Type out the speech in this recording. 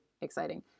exciting